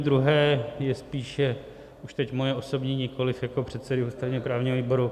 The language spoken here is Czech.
Druhé je spíše už teď moje osobní, nikoliv jako předsedy ústavněprávního výboru.